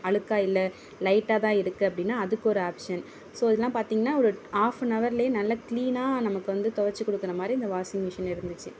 அழுக்காக இல்லை லைட்டாக தான் இருக்குது அப்படினா அதுக்கு ஒரு ஆப்ஷன் ஸோ இதலாம் பார்த்திங்கன்னா ஒரு ஆஃப் அன் அவர்லேயே நல்லா க்ளீனாக நமக்கு வந்து தொவைச்சி கொடுக்குற மாதிரி அந்த வாஷிங் மிஷின் இருந்துச்சு